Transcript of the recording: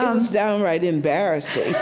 was downright embarrassing